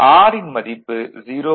R ன் மதிப்பு 0